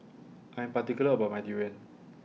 I Am particular about My Durian